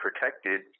protected